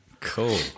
Cool